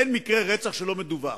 אין מקרה רצח שלא מדווח.